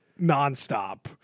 nonstop